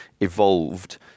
evolved